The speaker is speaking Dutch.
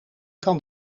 kan